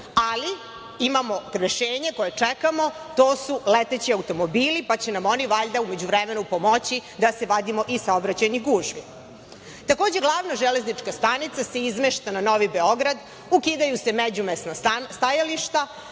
Ali, imamo rešenje koje čekamo, to su leteći automobili, pa će nam oni, valjda, u međuvremenu pomoći da se vadimo iz saobraćajnih gužvi. Takođe, glavna železnička stanica se izmešta na Novi Beograd, ukidaju se međumesna stajališta,